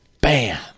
BAM